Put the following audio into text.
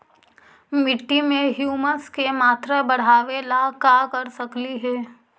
मिट्टी में ह्यूमस के मात्रा बढ़ावे ला का कर सकली हे?